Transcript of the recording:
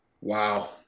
wow